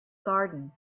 garden